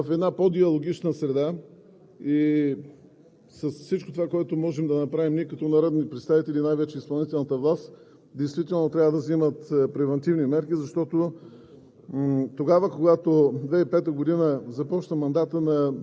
минимизирано. На мнение съм, че в една по-диалогична среда и с всичко това, което можем да направим ние като народни представители, и най-вече изпълнителната власт, действително трябва да взимат превантивни мерки, защото